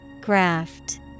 Graft